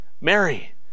Mary